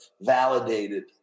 validated